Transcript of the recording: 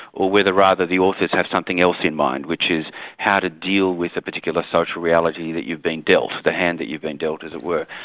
or whether rather, the authors have something else in mind, which is how to deal with a particular social reality, that you've been dealt the hand that you've been dealt as it were.